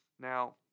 Now